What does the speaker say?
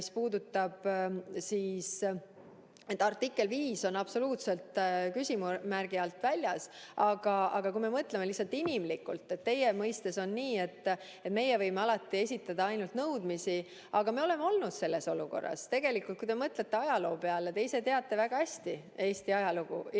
mis puudutab seda, siis artikkel 5 on absoluutselt küsimärgi alt väljas. Aga kui me mõtleme lihtsalt inimlikult, siis teie mõistes on nii, et meie võime alati esitada ainult nõudmisi. Aga me oleme olnud selles olukorras. Tegelikult, kui te mõtlete ajaloo peale – te teate väga hästi Eesti ajalugu ja teate,